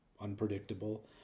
unpredictable